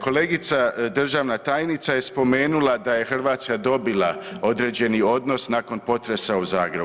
Kolegica državna tajnica je spomenula da je Hrvatska dobila određeni odnos nakon potresa u Zagrebu.